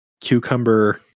Cucumber